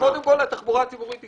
אבל קודם כול שהתחבורה הציבורית תיסע,